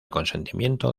consentimiento